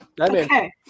Okay